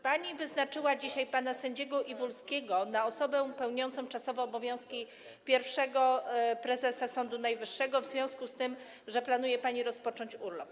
Pani wyznaczyła dzisiaj pana sędziego Iwulskiego na osobę pełniącą czasowe obowiązki pierwszego prezesa Sądu Najwyższego w związku z tym, że planuje pani rozpocząć urlop.